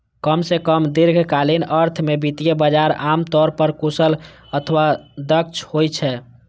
कम सं कम दीर्घकालीन अर्थ मे वित्तीय बाजार आम तौर पर कुशल अथवा दक्ष होइ छै